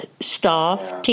staff